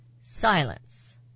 Silence